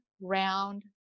round